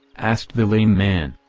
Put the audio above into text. asked the lame man.